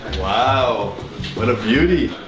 wow what a beauty